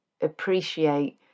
appreciate